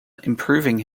improving